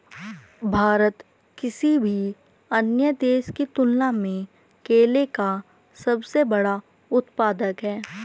भारत किसी भी अन्य देश की तुलना में केले का सबसे बड़ा उत्पादक है